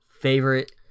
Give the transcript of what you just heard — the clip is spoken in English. favorite